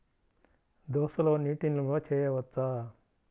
దోసలో నీటి నిల్వ చేయవచ్చా?